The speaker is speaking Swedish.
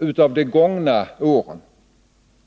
och ett av de gångna åren.